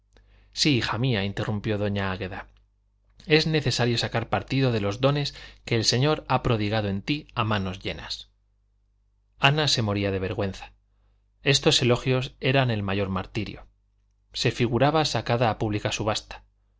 sí hija mía interrumpió doña águeda es necesario sacar partido de los dones que el señor ha prodigado en ti a manos llenas ana se moría de vergüenza estos elogios eran el mayor martirio se figuraba sacada a pública subasta